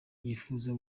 yifuza